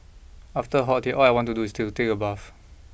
after a hot day all I want to do is to take a bath